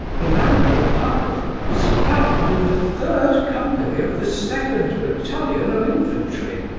the man kolpakoff was found in the third company of the second battalion of infantry,